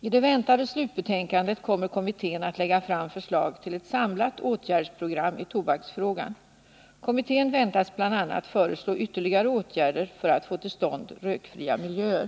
I det väntade slutbetänkandet kommer kommittén att lägga fram förslag till ett samlat åtgärdsprogram i tobaksfrågan. Kommittén väntas bl.a. föreslå ytterligare åtgärder för att få till stånd rökfria miljöer.